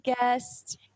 guest